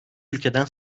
ülkeden